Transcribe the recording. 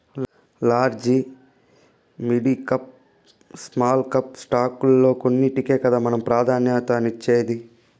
large, midcap, small cap స్టాకుల్ల కొన్నింటికే కదా మనం ప్రాధాన్యతనిచ్చేది